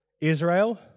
Israel